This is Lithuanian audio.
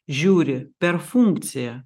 žiūri per funkciją